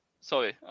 Sorry